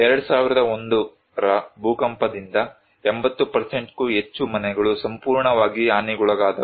2001 ರ ಭೂಕಂಪದಿಂದ 80 ಕ್ಕೂ ಹೆಚ್ಚು ಮನೆಗಳು ಸಂಪೂರ್ಣವಾಗಿ ಹಾನಿಗೊಳಗಾದವು